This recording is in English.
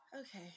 Okay